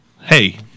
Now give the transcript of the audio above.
Hey